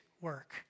work